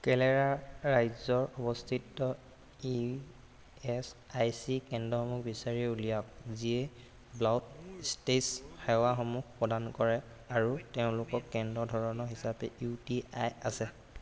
কেলেৰা ৰাজ্যৰ অৱস্থিত E S I C কেন্দ্ৰসমূহ বিচাৰি উলিয়াওক যিয়ে ব্লাড ষ্টেজ সেৱাসমূহ প্ৰদান কৰে আৰু তেওঁলোকৰ কেন্দ্ৰৰ ধৰণ হিচাপে ইউ টি আই আছে